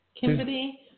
Kimberly